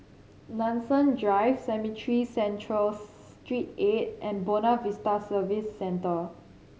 Nanson Drive Cemetry Central Street eight and Buona Vista Service Centre